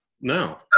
no